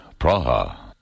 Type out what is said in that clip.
Praha